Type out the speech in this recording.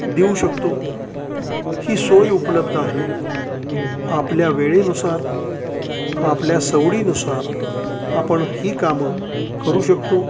देऊ शकतो ही सोय उपलब्ध आहे आपल्या वेळेनुसार आपल्या सवडीनुसार आपण ही कामं करू शकतो